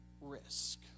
risk